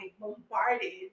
bombarded